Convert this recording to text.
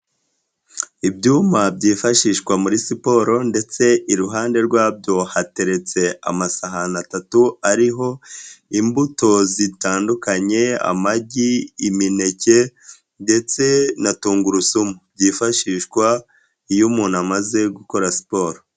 Ibyuma byifashishwa muri siporo, ndetse iruhande rwabyo hateretse amasahani atatu, ariho imbuto zitandukanye, amagi, imineke ndetse na tungurusumu byifashishwa iyo umuntu amaze gukora siporo.